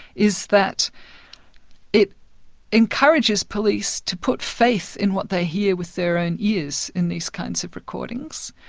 is that it encourages police to put faith in what they hear with their own ears in these kinds of recordings.